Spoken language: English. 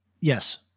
Yes